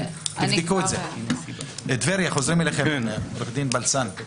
תבדקו את זה ונמשיך איתכם אחר כך.